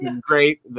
great